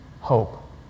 hope